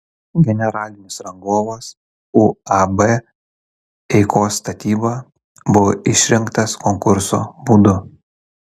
generalinis rangovas uab eikos statyba buvo išrinktas konkurso būdu